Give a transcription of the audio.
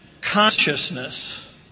consciousness